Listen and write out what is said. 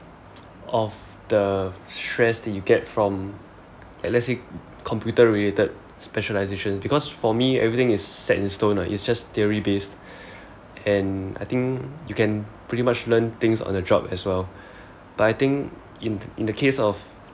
of the stress that you get from let's say computer related specialisation because for me everything is set in stone lah it's just theory based and I think you can pretty much learn things on the job as well but I think in in the case of